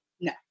no